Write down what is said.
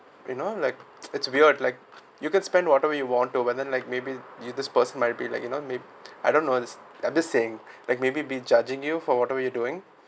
you know like it's weird like you can spend whatever you want to whether like maybe you this person might be like you know like maybe I don't know I'm just saying like maybe be judging you for whatever you're doing